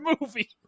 movie